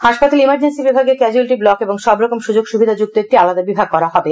হাসপাতালে ইমারজেন্সি বিভাগে casualty block এবং সব রকম সুযোগ সুবিধা সুক্ত একটি আলাদা বিভাগ করা হবে